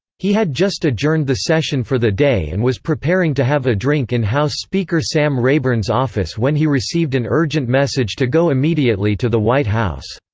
he had just adjourned the session for the day and was preparing to have a drink in house speaker sam rayburn's office when he received an urgent message to go immediately to the white house.